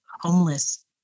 homeless